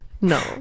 no